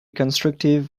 constructive